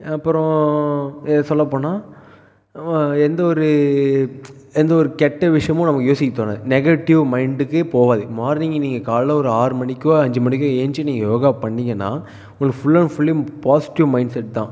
அப்புறோம் சொல்ல போனால் எந்த ஒரு எந்த ஒரு கெட்ட விஷயமும் நமக்கு யோசிக்க தோணாது நெகட்டிவ் மைண்டுக்கு போகாது மார்னிங் நீங்கள் காலைல ஒரு ஆறு மணிக்கோ அஞ்சு மணிக்கு எழுந்துருச்சி நீங்கள் யோகா பண்ணிங்கன்னா உங்களுக்கு full and fully positive mindset தான்